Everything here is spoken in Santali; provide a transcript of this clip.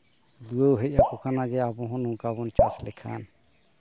ᱟᱠᱚ ᱠᱟᱱᱟ ᱡᱮ ᱟᱵᱚ ᱦᱚᱸ ᱱᱚᱝᱠᱟ ᱵᱚᱱ ᱪᱟᱥ ᱞᱮᱠᱷᱟᱱ